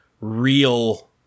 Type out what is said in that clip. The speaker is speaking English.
real